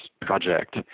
project